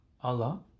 Allah